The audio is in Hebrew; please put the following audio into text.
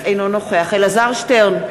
אינו נוכח אלעזר שטרן,